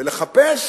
ולחפש